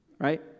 Right